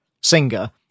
singer